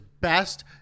best